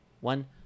one